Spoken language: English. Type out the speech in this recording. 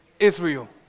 Israel